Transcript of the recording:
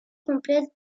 complète